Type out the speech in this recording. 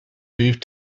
moved